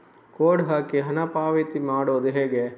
Code ಹಾಕಿ ಹಣ ಪಾವತಿ ಮಾಡೋದು ಹೇಗೆ?